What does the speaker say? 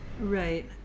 Right